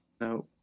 no